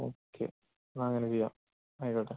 okay എന്നാല് അങ്ങനെ ചെയ്യാം ആയിക്കോട്ടെ